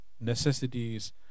necessities